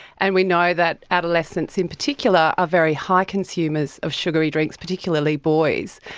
and we know that adolescents in particular are very high consumers of sugary drinks, particularly boys,